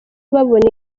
babona